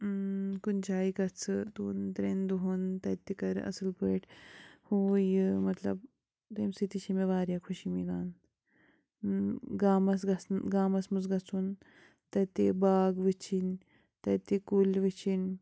کُنہِ جاے گژھٕ دۄن ترٛٮ۪ن دۄہَن تَتہِ تہِ کَرٕ اَصٕل پٲٹھۍ ہُہ یہِ مطلب تَمہِ سۭتۍ تہِ چھےٚ مےٚ واریاہ خوشی مِلان گامَس گژھنہٕ گامَس منٛز گژھُن تَتہِ باغ وٕچھِنۍ تَتہِ کُلۍ وٕچھِنۍ